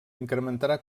incrementarà